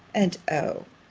and oh!